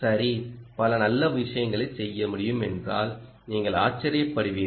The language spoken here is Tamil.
சரி பல நல்ல விஷயங்களைச் செய்ய முடியும் என்றால் நீங்கள் ஆச்சரியப்படுவீர்கள்